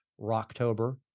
Rocktober